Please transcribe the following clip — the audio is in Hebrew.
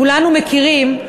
כולנו מכירים,